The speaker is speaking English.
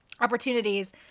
opportunities